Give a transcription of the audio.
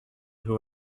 who